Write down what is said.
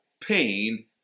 pain